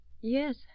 Yes